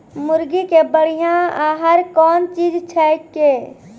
मुर्गी के बढ़िया आहार कौन चीज छै के?